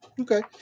Okay